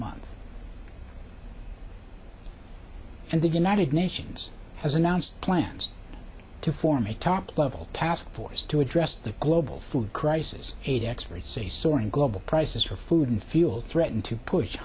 month and the united nations has announced plans to form a top level task force to address the global food crisis aid experts say soaring global prices for food and fuel threaten to push